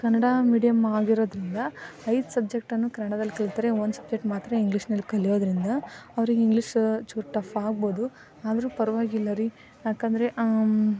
Kannada medium ಆಗಿರೋದರಿಂದ ಐದು ಸಬ್ಜೆಕ್ಟನ್ನು ಕನ್ನಡದಲ್ಲಿ ಕಲಿತ್ರೆ ಒಂದು ಸಬ್ಜೆಕ್ಟ್ ಮಾತ್ರ ಇಂಗ್ಲೀಷ್ನಲ್ಲಿ ಕಲಿಯೋದರಿಂದ ಅವ್ರಿಗೆ ಇಂಗ್ಲೀಷ್ ಚೂರು ಟಫ್ ಆಗ್ಬೋದು ಆದ್ರೂ ಪರವಾಗಿಲ್ಲ ರೀ ಏಕಂದ್ರೆ